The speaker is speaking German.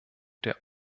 der